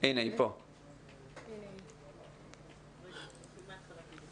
אנחנו רוצים להצטרף לדברים